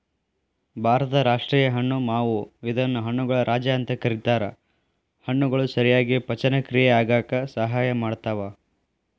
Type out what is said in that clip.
ಭಾರತದ ರಾಷ್ಟೇಯ ಹಣ್ಣು ಮಾವು ಇದನ್ನ ಹಣ್ಣುಗಳ ರಾಜ ಅಂತ ಕರೇತಾರ, ಹಣ್ಣುಗಳು ಸರಿಯಾಗಿ ಪಚನಕ್ರಿಯೆ ಆಗಾಕ ಸಹಾಯ ಮಾಡ್ತಾವ